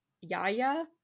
yaya